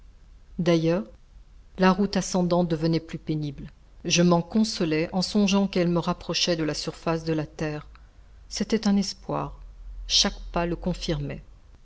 d'ailleurs la route ascendante devenait plus pénible je m'en consolais en songeant qu'elle me rapprochait de la surface de la terre c'était un espoir chaque pas le confirmait